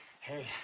hey